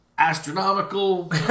Astronomical